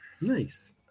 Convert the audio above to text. Nice